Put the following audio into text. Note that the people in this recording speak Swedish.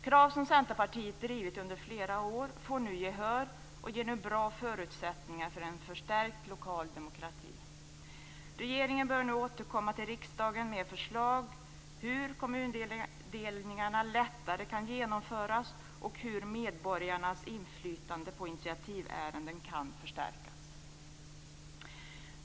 Krav som Centerpartiet i flera år har drivit får nu gehör och ger nu bra förutsättningar för en förstärkt lokal demokrati. Regeringen bör återkomma till riksdagen med förslag om hur kommundelningar lättare kan genomföras och om hur medborgarnas inflytande över initiativärenden kan förstärkas.